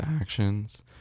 actions